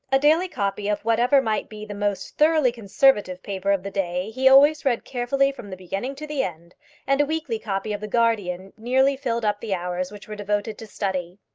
a daily copy of whatever might be the most thoroughly conservative paper of the day he always read carefully from the beginning to the end and a weekly copy of the guardian nearly filled up the hours which were devoted to study.